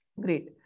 Great